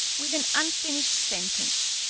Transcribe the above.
with an unfinished sentence,